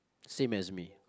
same as me